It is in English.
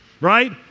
right